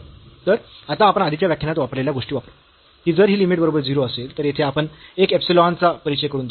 आणि आता आपण आधीच्या व्याख्यानात वापरलेल्या गोष्टी वापरु की जर ही लिमिट बरोबर 0 असेल तर येथे आपण एक इप्सिलॉन चा परिचय करून देऊ